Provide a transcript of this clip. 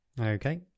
Okay